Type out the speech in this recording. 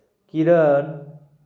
किरण